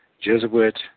Jesuit